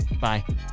Bye